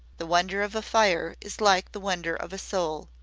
the wonder of a fire is like the wonder of a soul.